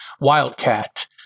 Wildcat